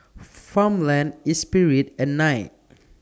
Farmland Espirit and Knight